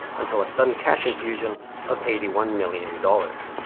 until a sudden cash infusion of eighty one million dollars.